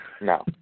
No